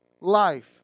life